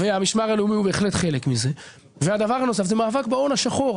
כשהמשמר הלאומי הוא חלק מזה, וממאבק בהון השחור.